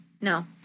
No